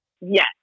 yes